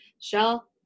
Shell